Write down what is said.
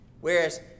Whereas